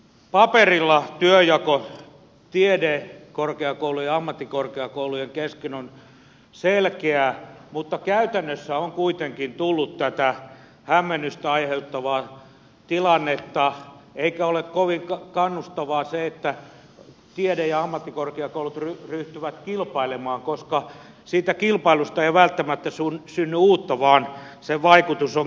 paperilla työnjako tiedekorkeakoulujen ja ammattikorkeakoulujen kesken on selkeä mutta käytännössä on kuitenkin tullut tätä hämmennystä aiheuttavaa tilannetta eikä ole kovin kannustavaa se että tiede ja ammattikorkeakoulut ryhtyvät kilpailemaan koska siitä kilpailusta ei välttämättä synny uutta vaan sen vaikutus on köyhdyttävä